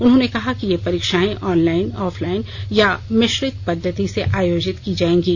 उन्होंने कहा कि ये परीक्षाएं आनलाइन ऑफलाइन या मिश्रित पद्धति से आयोजित की जाएंगी